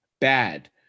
Bad